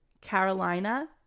Carolina